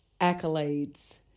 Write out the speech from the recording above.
accolades